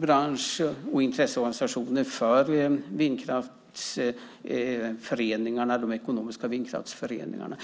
- bransch och intresseorganisationer som jobbar för de ekonomiska vindkraftsföreningarna.